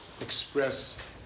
express